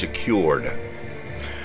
secured